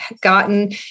gotten